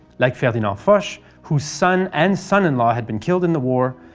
like ferdinand foch, whose son and son in law had been killed in the war,